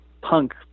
punk